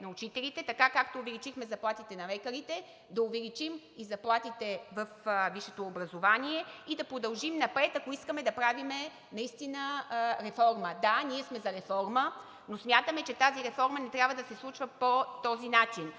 на учителите, така както увеличихме заплатите на лекарите, да увеличим и заплатите във висшето образование и да продължим напред, ако искаме да правим наистина реформа. Да, ние сме за реформа, но смятаме, че тази реформа не трябва да се случва по този начин.